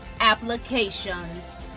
Applications